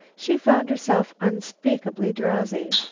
she found herself unspeakably drowsy.